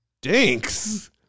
dinks